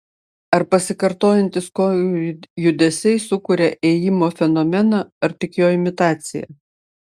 ar pasikartojantys kojų judesiai sukuria ėjimo fenomeną ar tik jo imitaciją